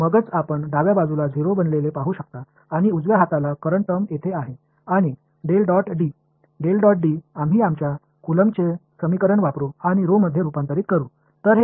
எனவே அதுதான் இடது கை புறம் 0 ஆகவும் வலது புறம் தற்போதைய வெளிப்பாட்டை மற்றும் யை இங்கே காணலாம் எங்கள் கூலம்பின் Coulomb's சமன்பாட்டைப் பயன்படுத்தி மாற்றலாம்